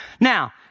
Now